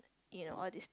you know all this